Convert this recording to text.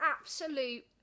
absolute